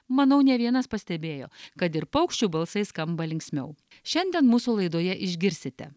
manau ne vienas pastebėjo kad ir paukščių balsai skamba linksmiau šiandien mūsų laidoje išgirsite